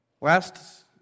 Last